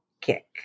kick